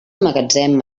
magatzem